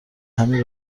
همین